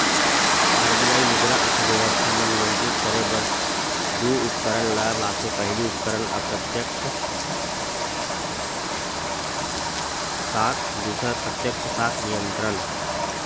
RBI मुद्रा अर्थबेवस्था म नियंत्रित करे बर दू उपकरन ल लाथे पहिली उपकरन अप्रत्यक्छ साख दूसर प्रत्यक्छ साख नियंत्रन